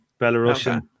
Belarusian